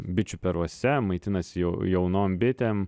bičių peruose maitinasi jau jaunom bitėm